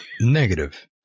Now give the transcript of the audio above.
Negative